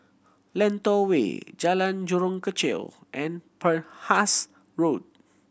Lentor Way Jalan Jurong Kechil and Penhas Road